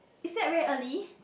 is that very early